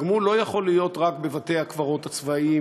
הגמול לא יכול להיות רק בבתי-הקברות הצבאיים,